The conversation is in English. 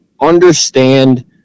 understand